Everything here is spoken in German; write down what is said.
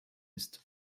ist